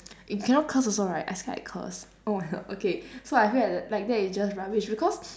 we cannot curse also right I scared I curse oh my god okay so I feel like like that is just rubbish because